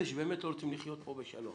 אלה שבאמת רוצים לחיות פה בשלום